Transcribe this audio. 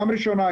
גם ראשונה,